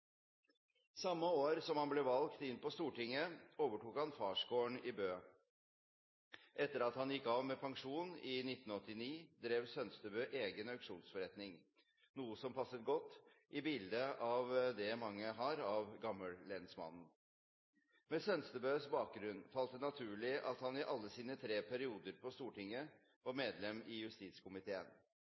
Samme år som han ble valgt inn på Stortinget, overtok han farsgården i Bø. Etter at han gikk av med pensjon i 1989, drev Sønstebø egen auksjonsforretning, noe som passer godt i det bildet mange har av «gammellensmannen». Med Sønstebøs bakgrunn falt det naturlig at han i alle sine tre perioder på Stortinget var medlem i justiskomiteen.